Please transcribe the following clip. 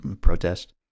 protest